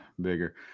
bigger